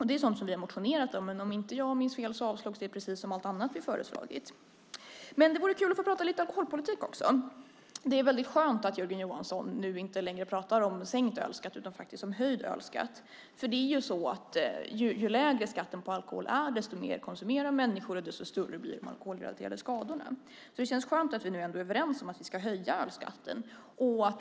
Det är sådant som vi har motionerat om. Men om jag inte minns fel avslogs det precis som allt annat vi har föreslagit. Det vore kul att få prata lite alkoholpolitik också. Det är skönt att Jörgen Johansson inte längre pratar om sänkt ölskatt utan om höjd ölskatt. Ju lägre skatt på alkohol desto mer konsumerar människor och desto större blir de alkoholrelaterade skadorna. Det känns skönt att vi ändå är överens om att vi ska höja ölskatten.